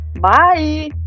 Bye